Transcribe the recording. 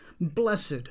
Blessed